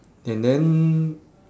and then